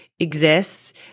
Exists